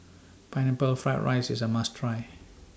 Pineapple Fried Rice IS A must Try